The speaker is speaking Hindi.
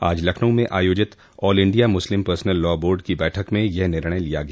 आज लखनऊ में आयोजित all India Muslim personal law board की बैठक में यह निर्णय लिया गया